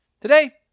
Today